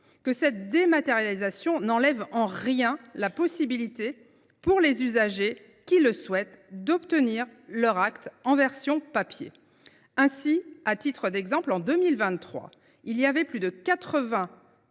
que cette dématérialisation n’entrave en rien la possibilité, pour les usagers qui le souhaitent, d’obtenir leurs actes en version papier. À titre d’exemple, en 2023, plus de 80